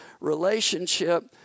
relationship